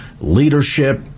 leadership